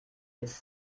jetzt